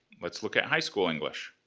let's look at high school english.